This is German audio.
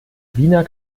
wiener